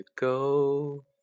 go